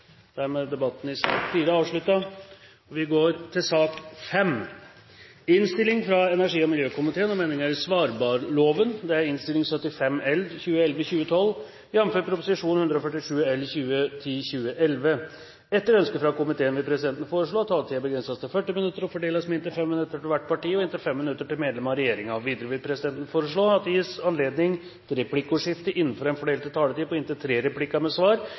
sak nr. 4. Etter ønske fra energi- og miljøkomiteen vil presidenten foreslå at taletiden begrenses til 40 minutter og fordeles med inntil 5 minutter til hvert parti og inntil 5 minutter til medlem av regjeringen. Videre vil presidenten foreslå at det gis anledning til replikkordskifte på inntil tre replikker med svar etter innlegg fra medlem av regjeringen innenfor den fordelte taletid. Videre blir det foreslått at de som måtte tegne seg på talerlisten utover den fordelte taletid, får en taletid på inntil